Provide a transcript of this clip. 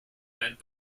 bed